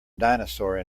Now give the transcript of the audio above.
dinosaur